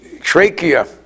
trachea